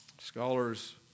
Scholars